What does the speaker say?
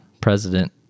president